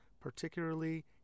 particularly